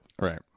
right